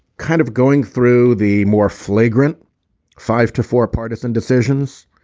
kind of going through the more flagrant five to four partisan decisions.